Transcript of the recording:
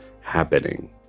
happening